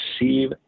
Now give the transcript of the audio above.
receive